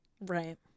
Right